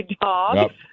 dog